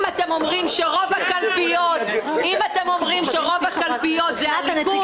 אם אתם אומרים שרוב הקלפיות זה הליכוד אז אדרבה.